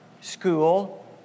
school